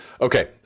Okay